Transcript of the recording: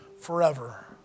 forever